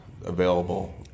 available